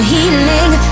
Healing